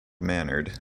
mannered